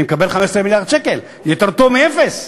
אני מקבל 15 מיליארד שקל, יותר טוב מאפס.